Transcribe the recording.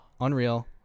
Unreal